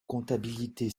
comptabilité